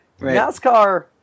NASCAR